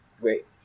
Great